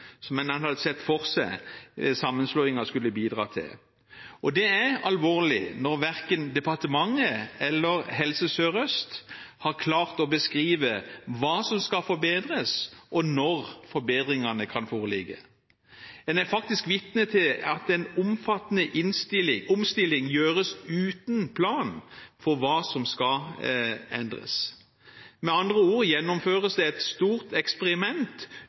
som en hadde sett for seg at sammenslåingen skulle bidra til. Det er alvorlig når verken departementet eller Helse Sør-Øst har klart å beskrive hva som skal forbedres, og når forbedringene kan foreligge. En er faktisk vitne til at en omfattende omstilling gjøres uten plan for hva som skal endres. Med andre ord gjennomføres det et stort eksperiment